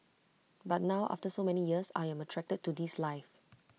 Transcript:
but now after so many years I'm attracted to this life